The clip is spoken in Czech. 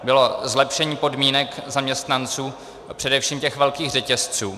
A to zlepšení podmínek zaměstnanců především velkých řetězců.